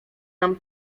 nam